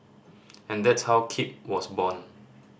and that's how Keep was born